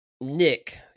Nick